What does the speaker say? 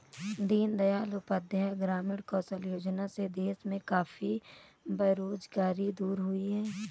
दीन दयाल उपाध्याय ग्रामीण कौशल्य योजना से देश में काफी बेरोजगारी दूर हुई है